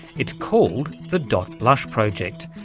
it's called the dot blush project,